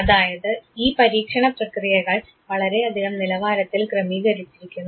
അതുകൂടാതെ ഈ പരീക്ഷണ പ്രക്രിയകൾ വളരെയധികം നിലവാരത്തിൽ ക്രമീകരിച്ചിരിക്കുന്നു